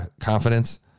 confidence